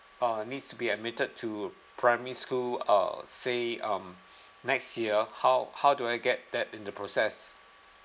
uh needs to be admitted to primary school uh say um next year how how do I get that in the process